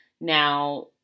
now